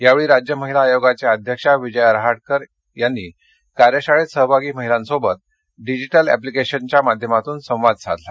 यावेळी राज्य महिला आयोगाच्या अध्यक्षा विजया राहटकर यांनी कार्यशाळेत सहभागी महिलांसोबत डिजिटल एप्लिकेशनच्या माध्यमातून संवाद साधला